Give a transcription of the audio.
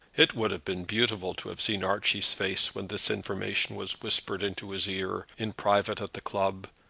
it would have been beautiful to have seen archie's face when this information was whispered into his ear, in private, at the club.